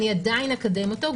אני עדיין אקדם אותו?